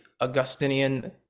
Augustinian